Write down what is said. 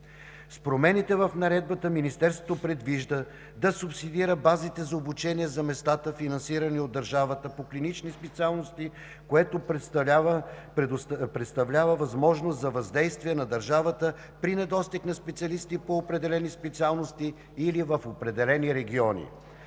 С промените в Наредбата Министерството предвижда да субсидира базите за обучение за местата, финансирани от държавата, по клинични специалности, което представлява възможност за въздействие на държавата при недостиг на специалисти по определени специалности или в определени региони.